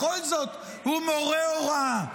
בכל זאת, הוא מורה הוראה.